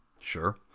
Sure